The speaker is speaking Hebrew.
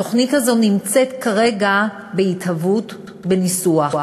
התוכנית הזאת נמצאת כרגע בהתהוות, בניסוח.